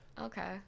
okay